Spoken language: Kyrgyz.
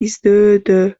издөөдө